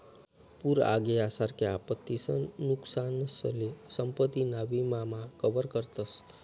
पूर आग यासारख्या आपत्तीसन नुकसानसले संपत्ती ना विमा मा कवर करतस